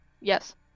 yes